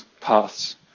paths